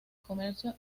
comercio